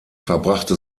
verbrachte